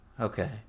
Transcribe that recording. Okay